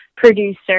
producer